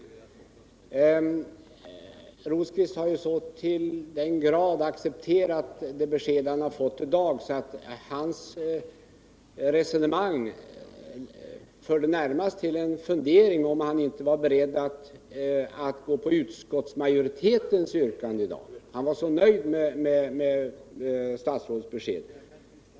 Birger Rosqvist har ju så till den grad accepterat det besked han har fått i dag att hans resonemang närmast fick en att undra om han inte var beredd att ansluta sig till utskottsmajoritetens yrkande — han var så nöjd med statsrådets besked.